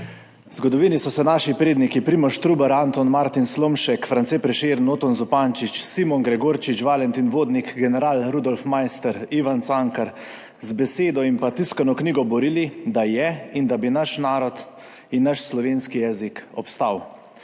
zgodovini so se naši predniki, Primož Trubar, Anton Martin Slomšek, France Prešeren, Oton Zupančič, Simon Gregorčič, Valentin Vodnik, general Rudolf Maister, Ivan Cankar z besedo in tiskano knjigo borili, da je in da bi obstala naš narod in naš slovenski jezik.